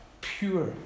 Pure